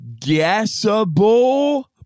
guessable